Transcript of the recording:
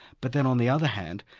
but then on the other hand,